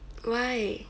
why